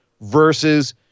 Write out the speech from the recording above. versus